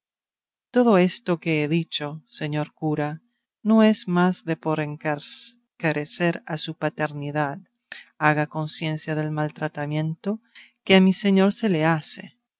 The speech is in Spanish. todo esto que he dicho señor cura no es más de por encarecer a su paternidad haga conciencia del mal tratamiento que a mi señor se le hace